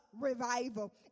revival